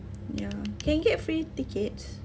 ya can get free tickets